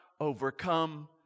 overcome